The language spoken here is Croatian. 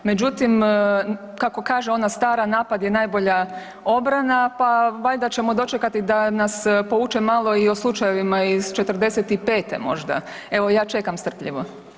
Međutim, kako kaže ona stara „napad je najbolja obrana“, pa valjda ćemo dočekati da nas pouče malo i o slučajevima '45. možda, evo ja čekam strpljivo.